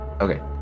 Okay